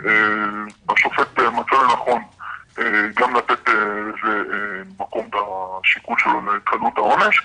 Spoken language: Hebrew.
והשופט מצא לנכון גם לתת לזה מקום בשיקול שלו לקלות העונש,